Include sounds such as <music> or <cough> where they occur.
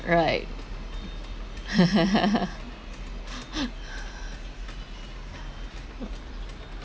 right <laughs>